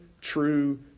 true